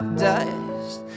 dust